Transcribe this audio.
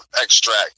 extract